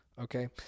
okay